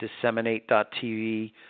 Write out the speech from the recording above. disseminate.tv